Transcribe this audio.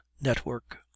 network